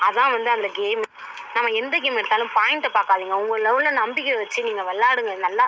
அதான் வந்து அந்த கேமு நம்ம எந்த கேம் எடுத்தாலும் பாயிண்ட்டை பார்க்காதீங்க உங்கள் லெவலில் நம்பிக்கையை வச்சி நீங்கள் விளாடுங்க நல்லா